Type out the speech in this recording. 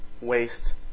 waste